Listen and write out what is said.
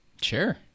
sure